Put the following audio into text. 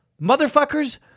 Motherfuckers